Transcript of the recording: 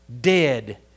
dead